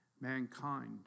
mankind